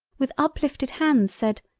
with uplifted hands, said,